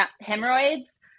hemorrhoids